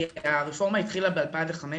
כי הרפורמה התחילה ב-2015,